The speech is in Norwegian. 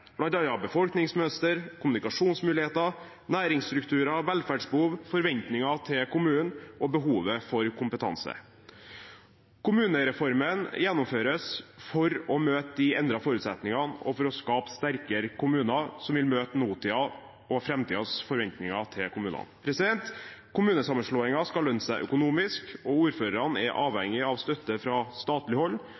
bl.a. befolkningsmønster, kommunikasjonsmuligheter, næringsstrukturer, velferdsbehov, forventninger til kommunen og behovet for kompetanse. Kommunereformen gjennomføres for å møte de endrede forutsetningene og for å skape sterkere kommuner som vil møte nåtidens og framtidens forventninger til kommunene. Kommunesammenslåinger skal lønne seg økonomisk, og ordførerne er